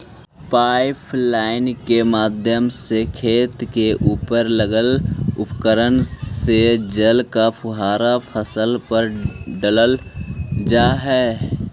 pipeline के माध्यम से खेत के उपर लगल उपकरण से जल के फुहारा फसल पर डालल जा हइ